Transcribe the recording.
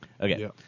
Okay